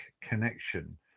connection